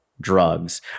drugs